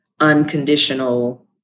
unconditional